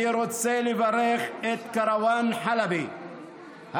אני רוצה לברך את כרואן חלבי,